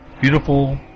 beautiful